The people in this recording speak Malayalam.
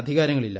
അധികാരങ്ങളില്ല